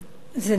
זה נכון